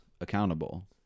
accountable